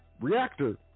reactor